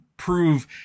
Prove